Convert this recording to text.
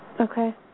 Okay